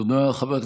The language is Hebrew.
תודה רבה.